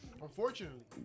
Unfortunately